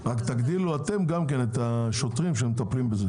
רק תגדילו אותם גם כן את השוטרים שמטפלים בזה,